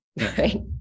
right